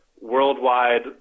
worldwide